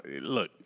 look